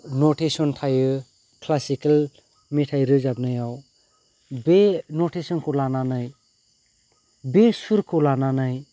नतेसन थायो क्लासिकेल मेथाइ रोजाबनायाव बे नतेसनखौ लानानै बे सुरखौ लानानै